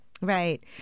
Right